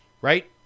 Right